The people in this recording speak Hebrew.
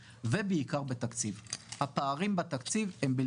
אבל במובנים תפקודיים ותקציב וכן הלאה,